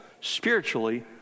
spiritually